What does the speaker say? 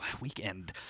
weekend